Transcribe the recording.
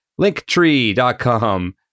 linktree.com